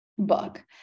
book